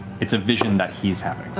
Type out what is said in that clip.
it's a vision that he's having.